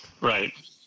Right